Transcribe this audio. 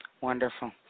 Wonderful